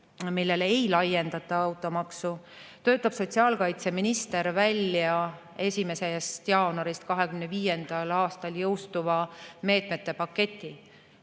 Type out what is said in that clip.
millele ei laiendata automaksu, töötab sotsiaalkaitseminister välja 1. jaanuaril 2025. aastal jõustuva meetmete paketi.